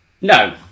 No